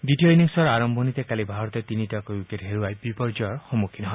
দ্বিতীয় ইনিংছৰ আৰম্ভণিতে ভাৰতে তিনিটাকৈ উইকেট হেৰুৱাই বিপৰ্য়ৰ সন্মুখীন হয়